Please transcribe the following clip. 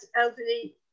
elderly